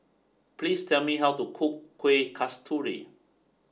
please tell me how to cook Kuih Kasturi